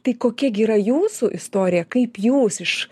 tai kokia gi yra jūsų istorija kaip jūs iš